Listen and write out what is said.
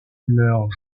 leur